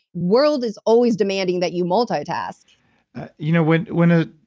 world is always demanding that you multitask you know when when a